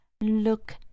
Look